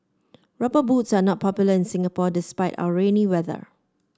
rubber boots are not popular in Singapore despite our rainy weather